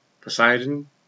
Poseidon